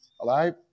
alive